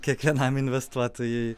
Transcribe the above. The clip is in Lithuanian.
kiekvienam investuotojui